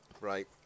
Right